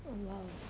!wow!